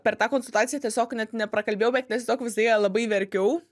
per tą konsultaciją tiesiog net neprakalbėjau bet tiesiog viduje labai verkiau